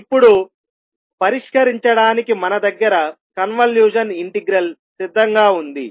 ఇప్పుడు పరిష్కరించడానికి మన దగ్గర కన్వల్యూషన్ ఇంటిగ్రల్ సిద్ధంగా ఉంది